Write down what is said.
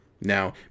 Now